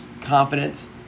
confidence